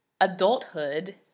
adulthood